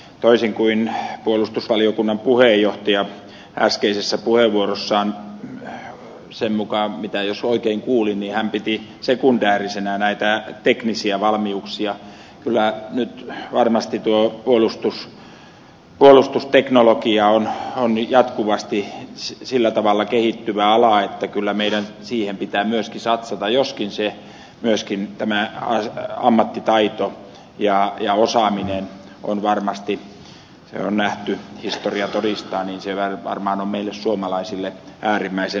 toisin kuin puolustusvaliokunnan puheenjohtaja äskeisessä puheenvuorossaan jos oikein kuulin piti sekundäärisinä näitä teknisiä valmiuksia kyllä nyt varmasti puolustusteknologia on jatkuvasti sillä tavalla kehittyvä ala että kyllä meidän siihen pitää myöskin satsata joskin myöskin ammattitaito ja osaaminen ovat varmasti se on nähty historia todistaa meille suomalaisille äärimmäisen tärkeitä